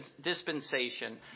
dispensation